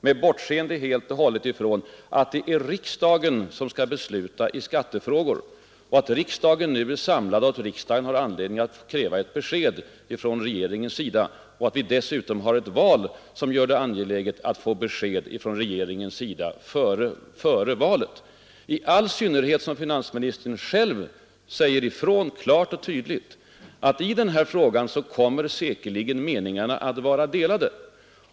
Han bortsåg alltså helt och hållet från att det är riksdagen som skall besluta i skattefrågor, att riksdagen nu är samlad och bör få tillfälle att diskutera ett besked från regeringen och att vi dessutom har ett val som gör det ännu mer angeläget att regeringen redovisar sin ståndpunkt. Finansministern säger själv klart och tydligt ifrån, att i den här frågan kommer säkerligen meningarna att vara delade.